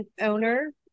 owner